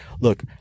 look